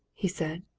he said.